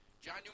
John